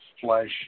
flesh